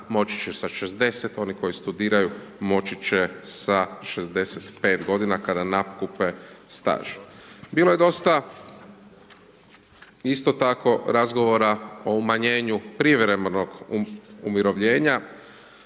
moći će sa 60, oni koji studiraju, moći će sa 65 g. kada nakupe staž. Bilo je dosta isto tako razgovora o umanjenju privremenog umirovljenja,